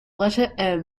letter